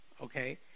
Okay